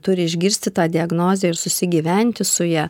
turi išgirsti tą diagnozę ir susigyventi su ja